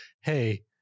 Hey